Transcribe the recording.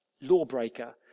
lawbreaker